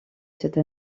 cette